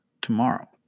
tomorrow